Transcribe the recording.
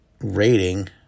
rating